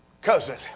cousin